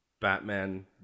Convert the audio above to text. Batman